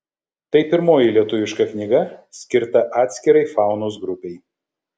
tai pirmoji lietuviška knyga skirta atskirai faunos grupei